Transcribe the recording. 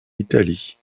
italie